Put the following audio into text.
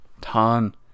ton